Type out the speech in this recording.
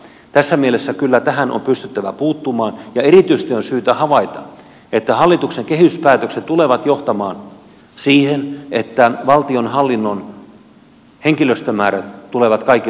tässä mielessä kyllä tähän on pystyttävä puuttumaan ja erityisesti on syytä havaita että hallituksen kehyspäätökset tulevat johtamaan siihen että valtionhallinnon henkilöstömäärät tulevat kaikilla tasoilla alenemaan